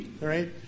right